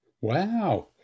wow